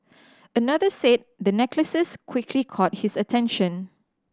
another said the necklaces quickly caught his attention